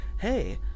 Hey